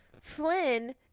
Flynn